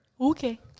Okay